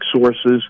sources